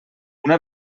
una